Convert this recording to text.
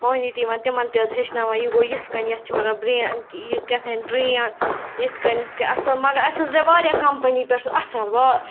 موٚہنِو تہِ یِوان تِمَن تہِ حظ ہیٚچھناوان یہِ گوٚو یِتھ کٔنۍ یَتھ چھِ وَنان کیٛاہ تھانۍ ڈرٛین یِتھ کٔنۍ کِتھ کٔنۍ آسان مگر اَسہِ حظ درٛاے واریاہ کَمپٔنی پٮ۪ٹھ سُہ اَصٕل وا